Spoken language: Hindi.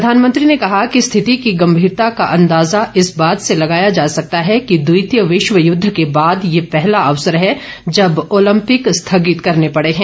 प्रधानमंत्री ने कहा कि स्थिति की गंभीरता का अंदाजा इस बात से लगाया जा सकता है कि द्वितीय विश्वयुद्ध के बाद यह पहला अवसर है जब ओलंपिक स्थगित करने पडे हैं